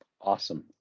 Awesome